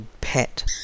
pet